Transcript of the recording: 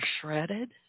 shredded